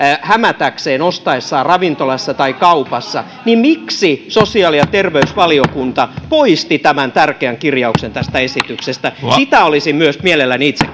hämätäkseen ostaessaan ravintolassa tai kaupassa miksi sosiaali ja terveysvaliokunta poisti tämän tärkeän kirjauksen tästä esityksestä sitä olisin myös mielelläni itse